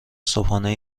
صبحانه